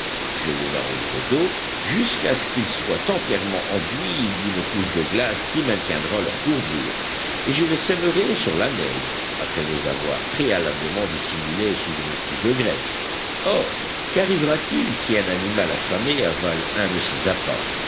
je les arroserai d'eau jusqu'à ce qu'ils soient entièrement enduits d'une couche de glace qui maintiendra leur courbure et je les sèmerai sur la neige après les avoir préalablement dissimulés sous une couche de graisse or qu'arrivera-t-il si un animal affamé avale un de ces appâts